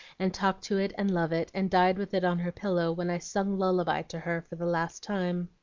and talk to it and love it, and died with it on her pillow when i sung lullaby to her for the last time.